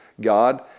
God